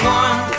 one